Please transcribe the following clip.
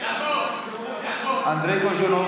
אנדרי קוז'ינוב,